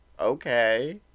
okay